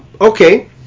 Okay